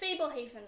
Fablehaven